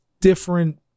different